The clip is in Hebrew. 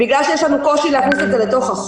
בגלל שיש לנו קושי להכניס את זה לחוק,